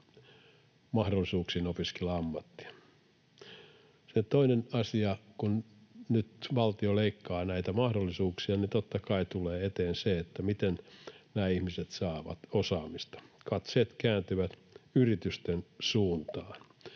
mahdollisuuksiin opiskella ammattia. Sitten toinen asia: Kun nyt valtio leikkaa näitä mahdollisuuksia, niin totta kai tulee eteen se, miten nämä ihmiset saavat osaamista. Katseet kääntyvät yritysten suuntaan: